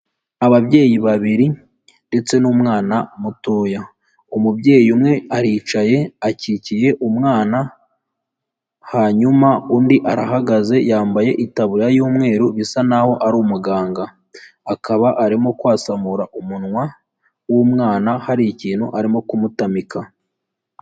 Ababyeyi babiri ndetse n'umwana mutoya, umubyeyi umwe aricaye akikiye umwana, hanyuma undi arahagaze yambaye itaburiya y'umweru bisa n'aho ari umuganga, akaba arimo kwasamura umunwa w'umwana, hari ikintu arimo kumutamika.